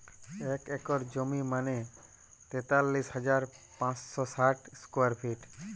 এক একর জমি মানে তেতাল্লিশ হাজার পাঁচশ ষাট স্কোয়ার ফিট